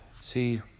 see